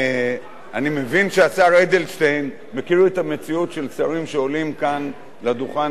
מבין שהשר אדלשטיין מכיר את המציאות של שרים שעולים כאן לדוכן,